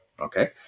Okay